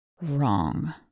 wrong